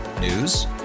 News